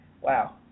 Wow